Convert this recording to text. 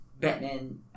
Batman